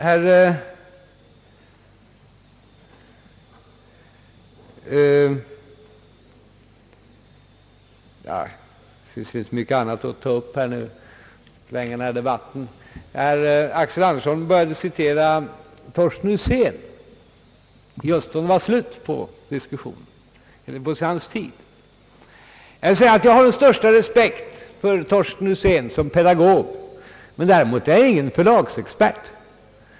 Det skulle finnas mycket annat att förlänga debatten med! Herr Axel Andersson började citera Torsten Husén just när hans repliktid var ute. Jag har den största respekt för Torsten Husén som pedagog; däremot är han ingen förlagsexpert.